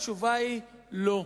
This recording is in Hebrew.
התשובה היא לא.